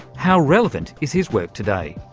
how relevant is his work today?